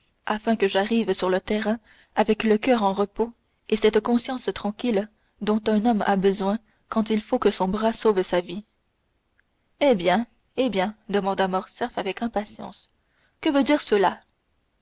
afin que j'arrive sur le terrain avec le coeur en repos et cette conscience tranquille dont un homme a besoin quand il faut que son bras sauve sa vie eh bien eh bien demanda morcerf avec impatience que veut dire cela